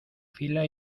fila